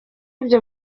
ibyo